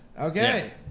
Okay